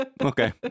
Okay